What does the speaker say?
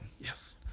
Yes